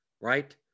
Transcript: right